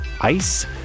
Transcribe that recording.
ICE